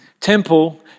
temple